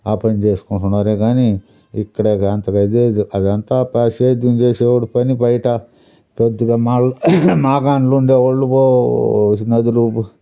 ఆ పని చేసుకుంటున్నారే కానీ ఇక్కడ గంతకైతే అదంతా సేద్యం చేసేవాడు పని బయట కొద్దిగా మల్ మాగాణులు ఉండేళ్ళు ఓ నదిలూబు